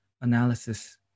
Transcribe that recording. analysis